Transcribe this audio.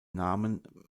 namen